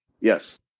Yes